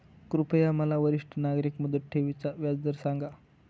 कृपया मला वरिष्ठ नागरिक मुदत ठेवी चा व्याजदर सांगा